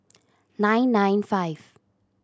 nine nine five